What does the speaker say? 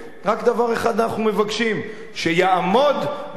רק דבר אחד אנחנו מבקשים: שיעמוד מאחורי